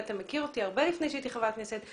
ואתה מכיר אותי הרבה לפני שהייתי חברת כנסת,